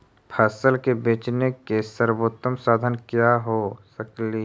फसल के बेचने के सरबोतम साधन क्या हो सकेली?